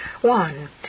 one